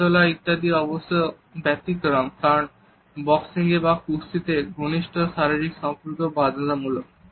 খেলাধুলা ইত্যাদি অবশ্য ব্যতিক্রম কারণ বক্সিংয়ে বা কুস্তিতে ঘনিষ্ঠ শারীরিক সংস্পর্শ বাধ্যতামূলক